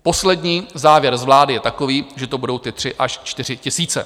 Poslední závěr z vlády je takový, že to budou ty 3 až 4 tisíce.